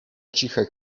ciche